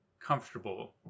comfortable